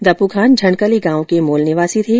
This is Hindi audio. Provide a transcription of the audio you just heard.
दपु खान झणकली गांव के मूल निवासी थे